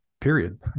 period